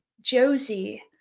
Josie